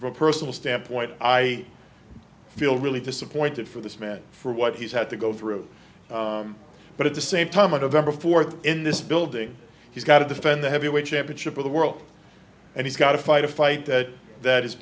personal personal standpoint i feel really disappointed for this man for what he's had to go through but at the same time one of them before in this building he's got to defend the heavyweight championship of the world and he's got to fight a fight that that is